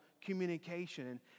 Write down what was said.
communication